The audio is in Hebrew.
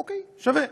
אוקיי, שווה.